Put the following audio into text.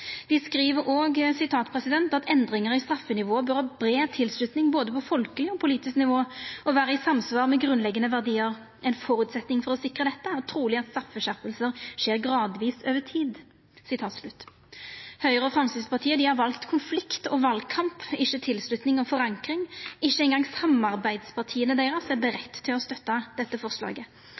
Dei skriv òg: «Endringer i straffenivået bør ha bred tilslutning både på folkelig og politisk nivå, og være i samsvar med grunnleggende verdier. En forutsetning for å sikre dette, er trolig at straffskjerpelser skjer gradvis over tid.» Høgre og Framstegspartiet har valt konflikt og valkamp, ikkje tilslutning og forankring. Ikkje ein gong samarbeidspartia deira er budde på å støtta dette forslaget.